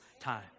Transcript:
time